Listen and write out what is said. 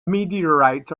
meteorites